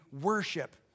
worship